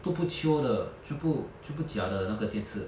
都不 chio 的全部全部假的那个电视